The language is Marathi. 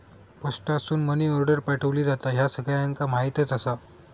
पोस्टासून मनी आर्डर पाठवली जाता, ह्या सगळ्यांका माहीतच आसा